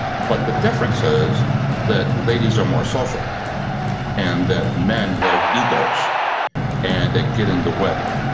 but the difference is that ladies are more social and that men have egos and they get in the way.